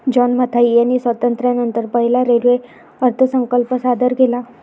John Mathai यांनी स्वातंत्र्यानंतर पहिला रेल्वे अर्थसंकल्प सादर केला